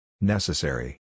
Necessary